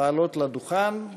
לעלות לדוכן.